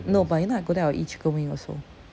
no but you know I go there I will eat chicken wings also